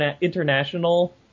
International